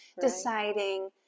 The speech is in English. deciding